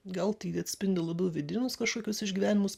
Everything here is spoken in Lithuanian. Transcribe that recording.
gal tai atspindi labiau vidinius kažkokius išgyvenimus